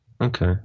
Okay